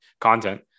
content